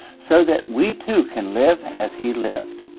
so that we too can live as he lived.